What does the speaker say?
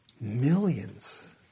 millions